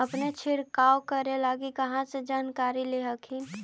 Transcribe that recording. अपने छीरकाऔ करे लगी कहा से जानकारीया ले हखिन?